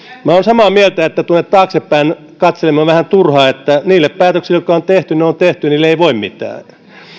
minä olen samaa mieltä että taaksepäin katseleminen on vähän turhaa että ne päätökset jotka on tehty ne on tehty niille ei voi mitään